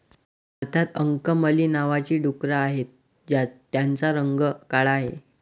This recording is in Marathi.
भारतात अंकमली नावाची डुकरं आहेत, त्यांचा रंग काळा आहे